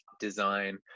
design